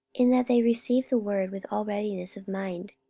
in that they received the word with all readiness of mind,